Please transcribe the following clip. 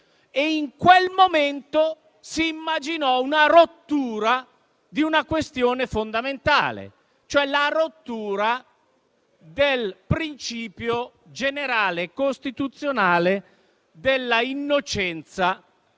In quel momento si immaginò una rottura di una questione fondamentale, cioè la rottura del principio generale costituzionale della innocenza del